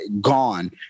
gone